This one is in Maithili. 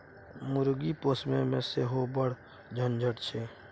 मुर्गी पोसयमे सेहो बड़ झंझट छै